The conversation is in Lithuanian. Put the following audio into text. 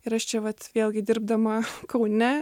ir aš čia vat vėlgi dirbdama kaune